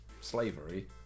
slavery